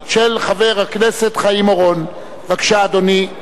אני קובע שהצעת החוק של חבר הכנסת השיח' אברהים צרצור לא נתקבלה.